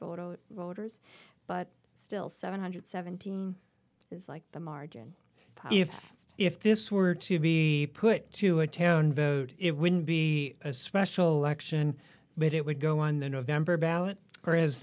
voters rotors but still seven hundred seventeen is like the margin if if this were to be put to a town vote it wouldn't be a special election but it would go on the november ballot or is